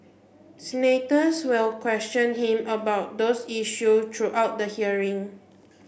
senators will question him about those issue throughout the hearing